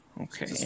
Okay